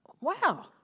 wow